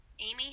Amy